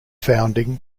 founding